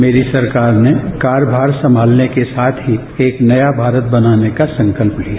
मेरी सरकार ने कार्यभार संभालने के साथ ही एक नया भारत बनाने का संकल्प लिया